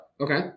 okay